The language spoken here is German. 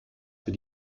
für